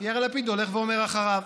יאיר לפיד הולך ואומר אחריו,